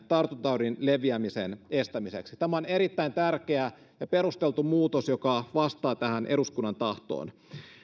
tartuntataudin leviämisen estämiseksi tämä on erittäin tärkeä ja perusteltu muutos joka vastaa tähän eduskunnan tahtoon